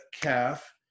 calf